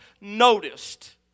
noticed